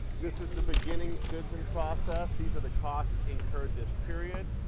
this is the beginning goods in process. these are the costs incurred this period.